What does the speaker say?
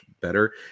better